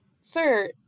sir